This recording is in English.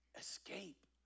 Escape